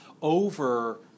over